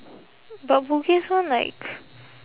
but bugis one like